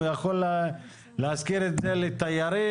הוא יכול להשכיר את זה לתיירים,